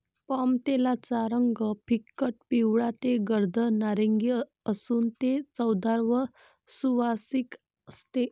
पामतेलाचा रंग फिकट पिवळा ते गर्द नारिंगी असून ते चवदार व सुवासिक असते